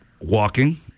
Walking